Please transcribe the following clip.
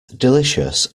delicious